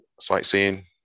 sightseeing